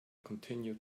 continued